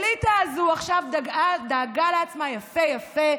האליטה הזו עכשיו דאגה לעצמה יפה-יפה,